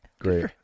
Great